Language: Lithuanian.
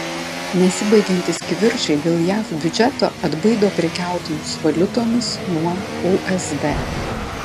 nesibaigiantys kivirčai dėl jav biudžeto atbaido prekiautojus valiutomis nuo usd